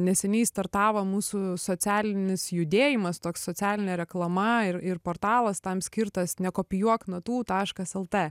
neseniai startavo mūsų socialinis judėjimas toks socialinė reklama ir ir portalas tam skirtas nekopijuok natų taškas lt